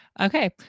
Okay